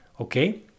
Okay